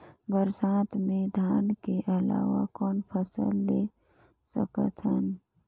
बरसात मे धान के अलावा कौन फसल ले सकत हन?